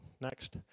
next